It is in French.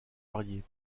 varié